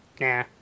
Nah